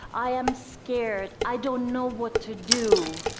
i am scared. i don't know what to do.